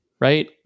right